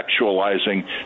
sexualizing